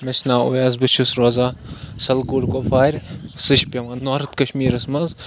مےٚ چھُ ناو اُویس بہٕ چھُس روزان سَلگُڈ کۄپوارِ سُہ چھُ پٮ۪وان نارٕتھ کَشمیٖرَس منٛز